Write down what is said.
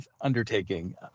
undertaking